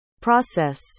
process